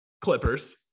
Clippers